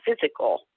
physical